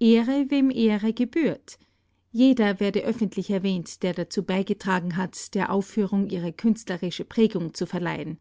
ehre wem ehre gebührt jeder werde öffentlich erwähnt der dazu beigetragen hat der aufführung ihre künstlerische prägung zu verleihen